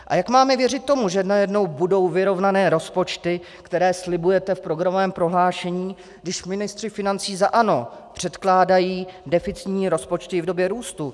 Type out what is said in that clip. A jak máme věřit tomu, že najednou budou vyrovnané rozpočty, které slibujete v programovém prohlášení, když ministři financí za ANO předkládají deficitní rozpočty v době růstu?